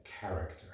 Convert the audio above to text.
character